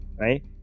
right